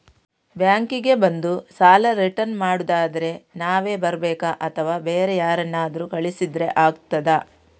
Bank ಗೆ ಬಂದು ಸಾಲ ರಿಟರ್ನ್ ಮಾಡುದಾದ್ರೆ ನಾವೇ ಬರ್ಬೇಕಾ ಅಥವಾ ಬೇರೆ ಯಾರನ್ನಾದ್ರೂ ಕಳಿಸಿದ್ರೆ ಆಗ್ತದಾ?